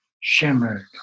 shimmered